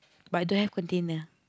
but don't have container